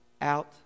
out